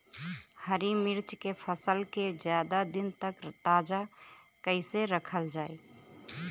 हरि मिर्च के फसल के ज्यादा दिन तक ताजा कइसे रखल जाई?